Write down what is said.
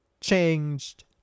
changed